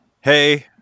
Hey